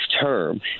term